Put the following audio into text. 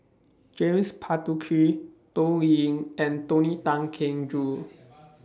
James Puthucheary Toh Ying and Tony Tan Keng Joo